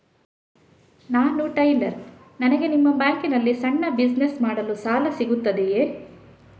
ನಾನು ಟೈಲರ್, ನನಗೆ ನಿಮ್ಮ ಬ್ಯಾಂಕ್ ನಲ್ಲಿ ಸಣ್ಣ ಬಿಸಿನೆಸ್ ಮಾಡಲು ಸಾಲ ಸಿಗುತ್ತದೆಯೇ?